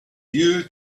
you